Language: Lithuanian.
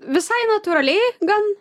visai natūraliai gan